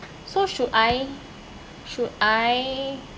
so should I should I